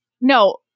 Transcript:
No